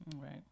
Right